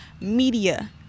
media